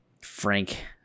Frank